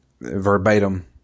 verbatim